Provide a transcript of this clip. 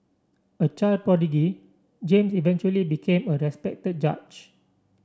a child prodigy James eventually became a respected judge